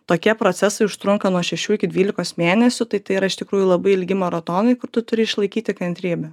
tokie procesai užtrunka nuo šešių iki dvylikos mėnesių tai tai yra iš tikrųjų labai ilgi maratonai kur tu turi išlaikyti kantrybę